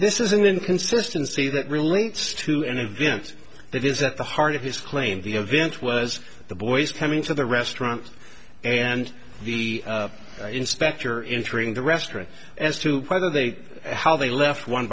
this is an inconsistency that relates to an event that is at the heart of his claim the event was the boys coming to the restaurant and the inspector injuring the restaurant as to whether they how they left one